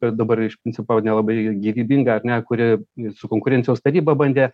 kas dabar iš principo nelabai gyvybinga ar ne kuri su konkurencijos taryba bandė